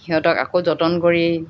সিহঁতক আকৌ যতন কৰি